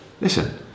listen